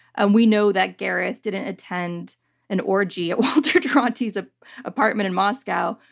and we know that gareth didn't attend an orgy at walter duranty's ah apartment in moscow,